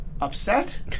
upset